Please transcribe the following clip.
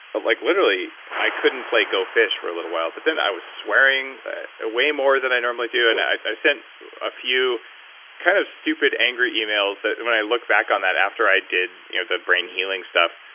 like literally, i couldn't play go fish for a little while, but then i was swearing ah way more than i normally do, and i i sent a few kind of stupid, angry emails that and when i looked back on that after i did you know the brain healing stuff,